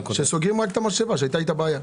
רק את המשאבה שהייתה איתה בעיה.